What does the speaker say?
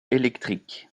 électrique